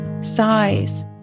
size